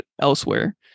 elsewhere